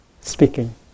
speaking